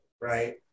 right